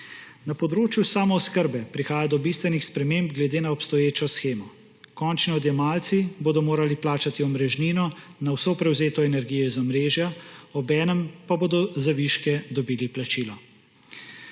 Na področju samooskrbe prihaja do bistvenih sprememb glede na obstoječo shemo. Končni odjemalci bodo morali plačati omrežnino na vso prevzeto energijo iz omrežja, obenem pa bodo za viške dobili plačilo.